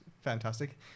fantastic